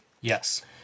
Yes